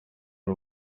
ari